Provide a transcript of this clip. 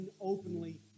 openly